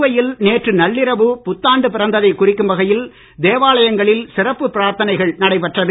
புதுவையில் நேற்று நள்ளிரவு புத்தாண்டு பிறந்ததை குறிக்கும் வகையில் தேவாலாயங்களில் சிறப்பு பிராத்தனைகள் நடைபெற்றது